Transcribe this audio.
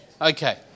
Okay